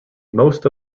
most